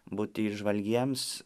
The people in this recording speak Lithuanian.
būti įžvalgiems